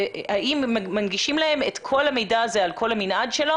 האם מנגישים להם את כל המידע הזה על כל המנעד שלו